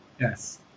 Yes